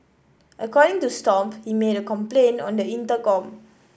according to Stomp he made a complaint on the intercom